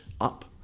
up